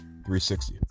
360